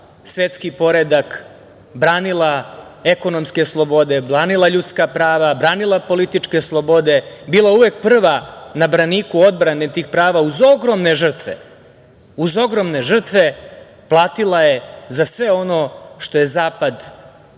svetski poredak, branila ekonomske slobode, branila ljudska prava, branila političke slobode, bila uvek prva na braniku odbrane tih prava, uz ogromne žrtve, uz ogromne žrtve platila je za sve ono što je zapad